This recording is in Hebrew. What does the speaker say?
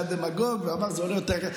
מי שהיה דמגוג ואמר שזה יותר יקר,